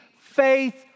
faith